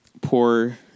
Poor